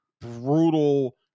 brutal